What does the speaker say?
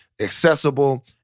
accessible